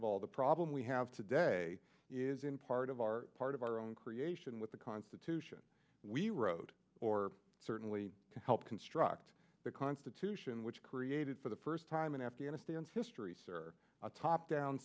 of all the problem we have today is in part of our part of our own creation with the constitution we wrote or certainly to help construct the constitution which created for the first time in afghanistan's history sir a top down